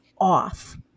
off